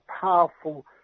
powerful